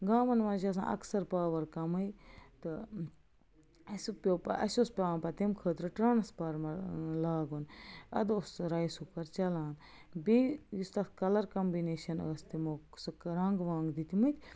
گامن منٛز چھِ آسان اکثر پاور کَمٕے تہٕ اَسہِ پیٚو اَسہِ اوس پیٚوان پتہٕ تمہِ خٲطرٕ ٹرانٕسفارمر لاگُن اَدٕ اوس سُہ رایس کُکر چَلان بیٚیہِ یُس تَتھ کَلر کمبِنیشن ٲسۍ تِمو سُہ رنگ ونٛگ دِتمٕتۍ